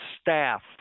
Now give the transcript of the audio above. staff